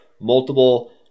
Multiple